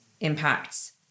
impacts